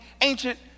ancient